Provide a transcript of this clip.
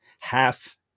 half